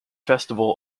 festival